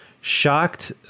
Shocked